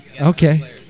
Okay